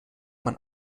man